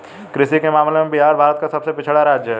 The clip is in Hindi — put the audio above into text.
कृषि के मामले में बिहार भारत का सबसे पिछड़ा राज्य है